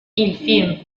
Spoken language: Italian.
film